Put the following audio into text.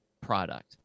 product